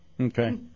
Okay